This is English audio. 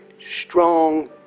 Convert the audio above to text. strong